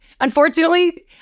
Unfortunately